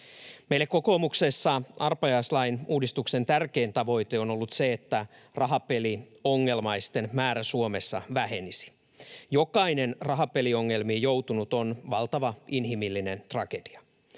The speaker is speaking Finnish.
Meille kokoomuksessa arpajaislain uudistuksen tärkein tavoite on ollut se, että rahapeliongelmaisten määrä Suomessa vähenisi. Jokainen rahapeliongelmiin joutunut on valtava inhimillinen tragedia.